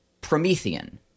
Promethean